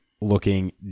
looking